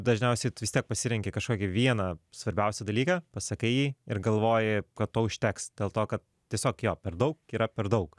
dažniausiai tu vis tiek pasirenki kažkokį vieną svarbiausią dalyką pasakai jį ir galvoji kad to užteks dėl to kad tiesiog jo per daug yra per daug